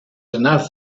enough